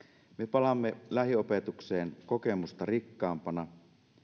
palaamme lähiopetukseen kokemusta rikkaampana